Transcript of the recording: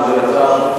אני מודה לשר.